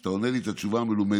כשאתה עונה לי את התשובה המלומדת,